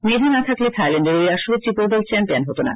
মেধা না থাকলে থাইল্যান্ডের ওই আসরে ত্রিপু রা দল চ্যাম্পিয়ান হত না